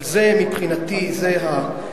אבל מבחינתי זה, מבחינתך.